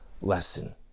lesson